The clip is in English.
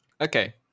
Okay